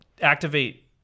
activate